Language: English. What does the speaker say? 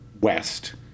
west